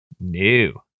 New